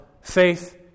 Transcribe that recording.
faith